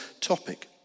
topic